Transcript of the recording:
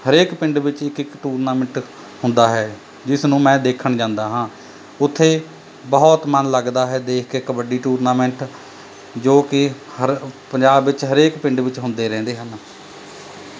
ਹਰੇਕ ਪਿੰਡ ਵਿੱਚ ਇੱਕ ਇੱਕ ਟੂਰਨਾਮੈਂਟ ਹੁੰਦਾ ਹੈ ਜਿਸ ਨੂੰ ਮੈਂ ਦੇਖਣ ਜਾਂਦਾ ਹਾਂ ਉੱਥੇ ਬਹੁਤ ਮਨ ਲੱਗਦਾ ਹੈ ਦੇਖ ਕੇ ਕਬੱਡੀ ਟੂਰਨਾਮੈਂਟ ਜੋ ਕਿ ਹਰ ਪੰਜਾਬ ਵਿੱਚ ਹਰੇਕ ਪਿੰਡ ਵਿੱਚ ਹੁੰਦੇ ਰਹਿੰਦੇ ਹਨ